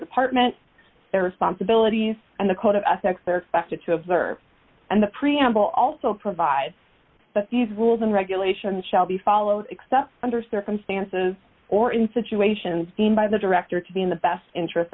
department their responsibilities and the code of ethics they are expected to observe and the preamble also provides that these rules and regulations shall be followed except under circumstances or in situations deemed by the director to be in the best interest